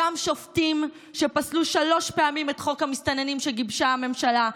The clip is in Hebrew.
אותם שופטים שפסלו שלוש פעמים את חוק המסתננים שגיבשה הממשלה,